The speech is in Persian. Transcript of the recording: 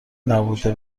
نبوده